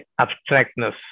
abstractness